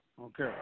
Okay